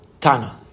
Tana